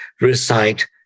recite